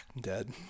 dead